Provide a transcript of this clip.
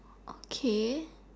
okay